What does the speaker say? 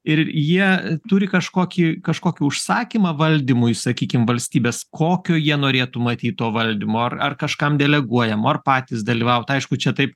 ir jie turi kažkokį kažkokį užsakymą valdymui sakykim valstybės kokio jie norėtų matyt to valdymo ar ar kažkam deleguojamo patys dalyvaut aišku čia taip